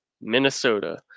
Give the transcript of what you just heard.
Minnesota